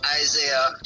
Isaiah